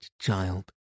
child